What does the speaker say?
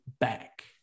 back